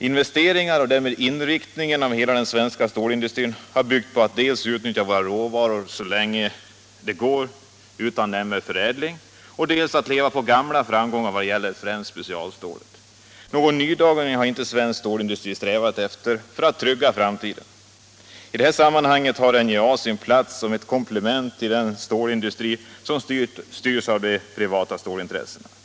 Investeringarna och därmed inriktningen av hela den svenska stålindustrin har byggt på att dels utnyttja våra råvaror så länge det går utan nämnvärd förädling, dels leva på gamla framgångar i vad gäller främst specialstål. Någon nydaning har inte svensk stålindustri strävat efter för att trygga framtiden. I detta sammanhang har NJA sin plats som ett komplement till den stålindustri som styrs av de privata stålintressena.